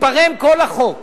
ייפרם כל החוק.